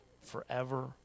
forever